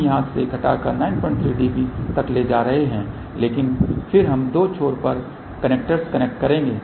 हम यहां से घटाकर 93 dB तक ले जा रहे हैं लेकिन फिर हम दो छोर पर कनेक्टर्स कनेक्ट करेंगे